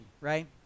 right